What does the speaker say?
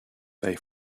they